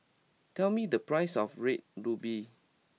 tell me the price of Red Ruby